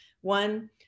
One